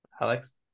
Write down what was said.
Alex